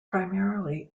primarily